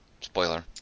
Spoiler